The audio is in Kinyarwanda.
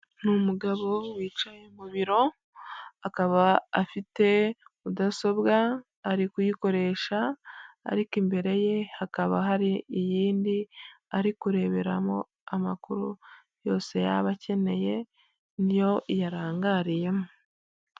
Ni umugabo wicaye mu biro, akaba afite mudasobwa ari kuyikoresha, ariko imbere ye hakaba hari iyindi ari kureberamo amakuru yose yaba akeneye, ni yo yarangariyemo.